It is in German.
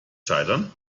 scheitern